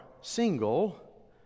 single